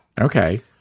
Okay